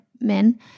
men